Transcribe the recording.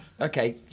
Okay